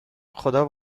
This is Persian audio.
خدا